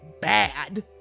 bad